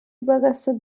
überreste